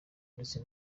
ndetse